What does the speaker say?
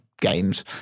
games